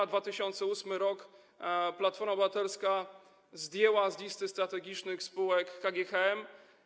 W 2008 r. Platforma Obywatelska zdjęła z listy strategicznych spółek KGHM.